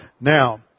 Now